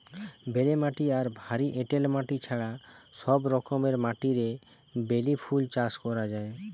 বেলে মাটি আর ভারী এঁটেল মাটি ছাড়া সব রকমের মাটিরে বেলি ফুল চাষ করা যায়